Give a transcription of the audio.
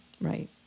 right